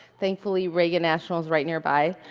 thankfully, reagan national is right nearby.